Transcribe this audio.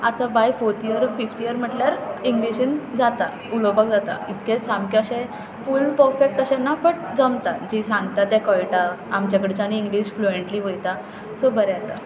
आतां by fourth year fifth म्हणल्यार इंग्लिशीन जाता उलोवपाक जाता इतकें सामकें अशें फूल परफेक्ट अशें ना बट जमता जी सांगता तें कळटा आमचे कडच्यानूय इंग्लीश फ्लुएंटली वयता सो बरें आसा